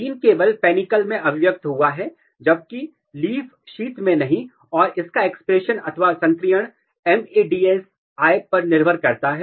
gene केवल panicle में अभिव्यक्त हुआ है जबकि लीफ शीथ मैं नहीं और इसका एक्सप्रेशन अथवा सक्रियण MADSI पर निर्भर करता है